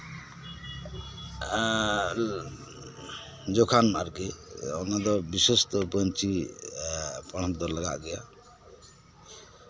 ᱡᱚᱠᱷᱟᱱ ᱟᱨᱠᱤ ᱵᱤᱥᱮᱥ ᱠᱚᱨᱮ ᱯᱟᱹᱧᱪᱤ ᱯᱟᱲᱦᱟᱴ ᱫᱚ ᱞᱟᱜᱟᱜ ᱜᱮᱭᱟ